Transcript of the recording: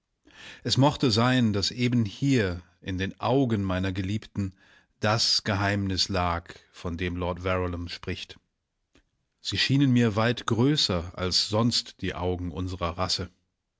es mochte sein daß eben hier in den augen meiner geliebten das geheimnis lag von dem lord verulam spricht sie schienen mir weit größer als sonst die augen unsrer rasse